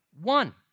One